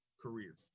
career